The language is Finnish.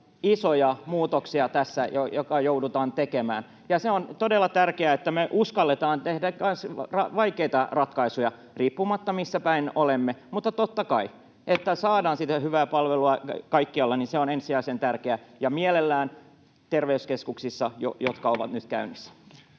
isoja muutoksia, jotka joudutaan tässä tekemään. On todella tärkeää, että me uskalletaan tehdä vaikeita ratkaisuja riippumatta siitä, missä päin olemme, mutta totta kai se, että saadaan sitä hyvää palvelua kaikkialla, on ensisijaisen tärkeää, ja mielellään terveyskeskuksissa, [Puhemies